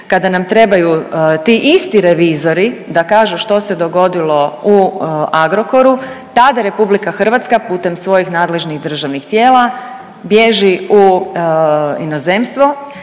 kada nam trebaju ti isti revizori da kažu što se dogodilo u Agrokoru, tada RH putem svojih nadležnih državnih tijela bježi u inozemstvo